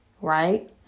right